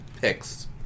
picks